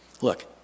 look